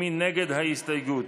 מי נגד ההסתייגות?